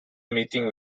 meeting